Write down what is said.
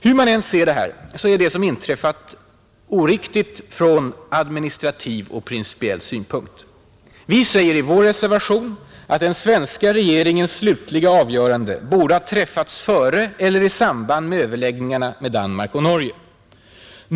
Hur man än ser det här är det som inträffat orimligt från administrativ och principiell synpunkt. Vi säger i vår reservation att ”den svenska regeringens slutliga avgörande borde ha träffats före eller i samband med överläggningarna med Danmark och Norge.